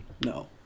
No